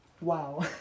Wow